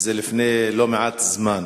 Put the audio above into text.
וזה לפני לא מעט זמן.